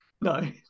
No